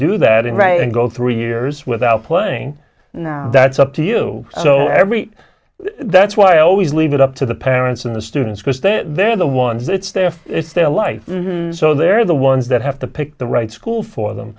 do that in writing go three years without playing that's up to you so every that's why i always leave it up to the parents and the students because they're they're the ones it's there it's their life so they're the ones that have to pick the right school for them